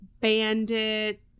Bandit